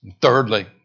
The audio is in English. Thirdly